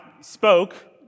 spoke